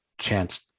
chance